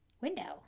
window